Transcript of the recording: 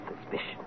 suspicion